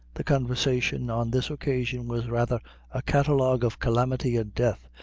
the conversation on this occasion was rather a catalogue of calamity and death,